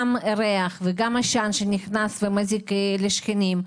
גם ריח ועשן שנכנס ומזיק לשכנים.